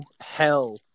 hell